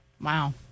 wow